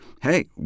hey